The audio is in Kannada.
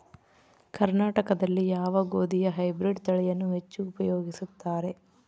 ಕರ್ನಾಟಕದಲ್ಲಿ ಯಾವ ಗೋಧಿಯ ಹೈಬ್ರಿಡ್ ತಳಿಯನ್ನು ಹೆಚ್ಚು ಉಪಯೋಗಿಸುತ್ತಾರೆ?